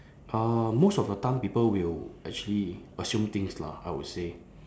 uh most of the time people will actually assume things lah I would say